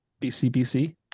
BCBC